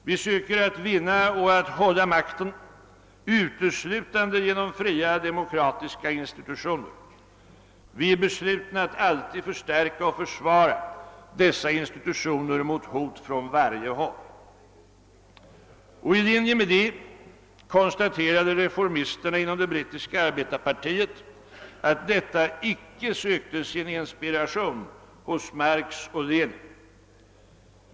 Vi söker att vinna och att hålla makten uteslutande genom fria demokratiska institutioner. Vi är beslutna att alltid förstärka och försvara dessa institutioner mot hot från varje håll.> I linje därmed konstaterades av reformisterna inom det brittiska arbetarpartiet att detta icke sökte sin inspiration hos Marx och Lenin.